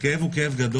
הכאב הוא גדול,